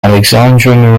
alexandra